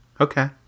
Okay